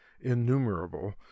innumerable